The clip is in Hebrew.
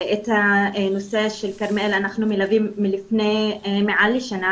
את הנושא של כרמיאל אנחנו מלווים מעל לשנה,